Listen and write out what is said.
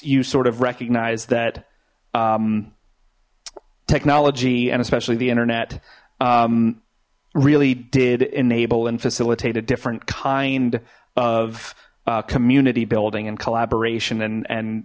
you sort of recognize that technology and especially the internet really did enable and facilitate a different kind of community building and collaboration and